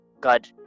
God